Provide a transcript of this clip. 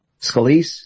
Scalise